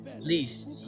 Please